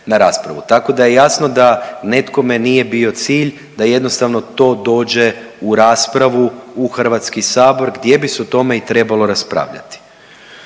Tako da je jasno da nekome nije bio cilj da jednostavno to dođe u raspravu u Hrvatski sabor gdje bi se o tome i trebalo raspravljati.